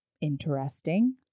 Interesting